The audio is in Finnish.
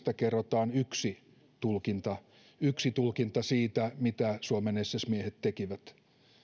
kerrotaan yksi tulkinta yksi tulkinta siitä mitä suomen ss miehet tekivät